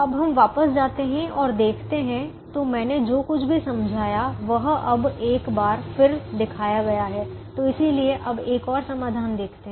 अब हम वापस जाते हैं और देखते हैं तो मैंने जो कुछ भी समझाया है वह अब एक बार फिर दिखाया गया है तो इसलिए अब एक और समाधान देखते हैं